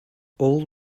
all